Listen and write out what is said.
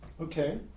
Okay